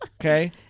Okay